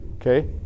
okay